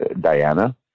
Diana